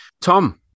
Tom